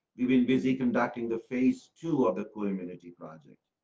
we've been busy conducting the face to love the bloom energy project,